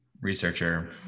researcher